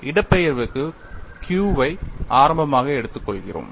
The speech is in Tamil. இடப்பெயர்ச்சிக்கு Q ஐ ஆரம்பமாக எடுத்துக் கொள்கிறோம்